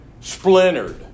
splintered